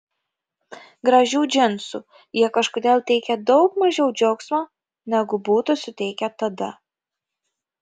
gražių džinsų jie kažkodėl teikia daug mažiau džiaugsmo negu būtų suteikę tada